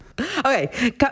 okay